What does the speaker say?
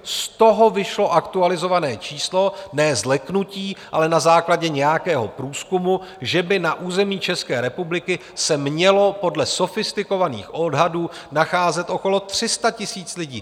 Z toho vyšlo aktualizované číslo ne z leknutí, ale na základě nějakého průzkumu že by na území České republiky se mělo podle sofistikovaných odhadů nacházet okolo 300 000 lidí.